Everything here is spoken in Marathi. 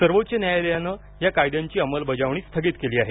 सर्वोच्च न्यायालयानं या कायद्यांची अंमलबजावणी स्थगित केली आहे